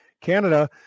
Canada